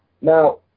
Now